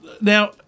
Now